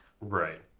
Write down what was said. right